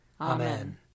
Amen